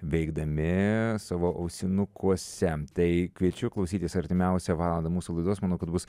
veikdami savo ausinukuose tai kviečiu klausytis artimiausią valandą mūsų laidos manau kad bus